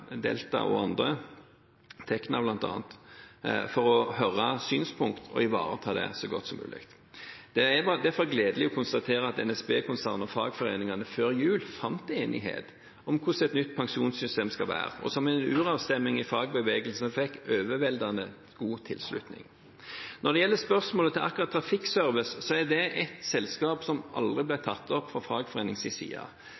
Delta og andre – bl.a. Tekna – for å høre synspunkter og ivareta det så godt som mulig. Det er derfor gledelig å konstatere at NSB-konsernet og fagforeningene før jul fant enighet om hvordan et nytt pensjonssystem skal være. Det fikk i en uravstemning i fagbevegelsen overveldende god tilslutning. Når det gjelder spørsmålet angående akkurat Trafikkservice, er det et selskap som aldri